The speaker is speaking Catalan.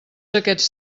aquests